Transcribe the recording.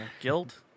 Guilt